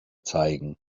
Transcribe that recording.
zeigen